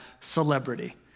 celebrity